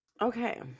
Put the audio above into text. Okay